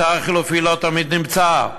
אתר חלופי לא תמיד נמצא,